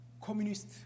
communist